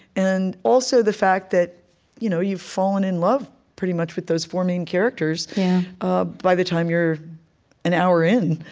and also the fact that you know you've fallen in love, pretty much, with those four main characters ah by the time you're an hour in,